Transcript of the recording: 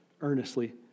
earnestly